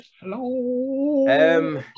Hello